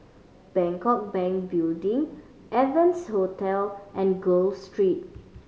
Bangkok Bank Building Evans Hostel and Gul Street